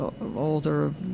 older